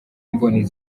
imboni